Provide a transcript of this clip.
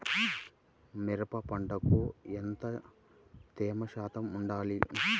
మిరప పంటకు ఎంత తేమ శాతం వుండాలి?